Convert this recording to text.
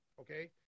okay